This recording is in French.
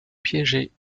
piégé